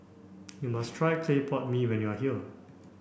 you must try Clay Pot Mee when you are here